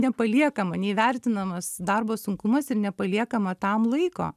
nepaliekama neįvertinamas darbo sunkumas ir nepaliekama tam laiko